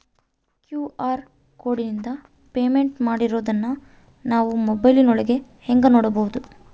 QR ಕೋಡಿಂದ payment ಮಾಡಿರೋದನ್ನ ನಾವು ಮೊಬೈಲಿನೊಳಗ ಹೆಂಗ ನೋಡಬಹುದು?